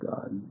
God